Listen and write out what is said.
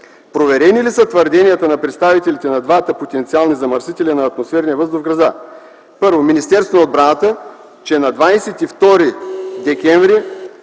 Проверени ли са твърденията на представителите на двата потенциални замърсители на атмосферния въздух в града: Министерството на отбраната – че на 22 декември